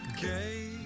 Gay